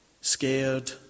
Scared